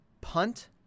punt